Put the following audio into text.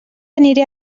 aniré